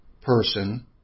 person